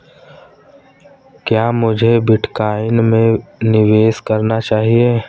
क्या मुझे बिटकॉइन में निवेश करना चाहिए?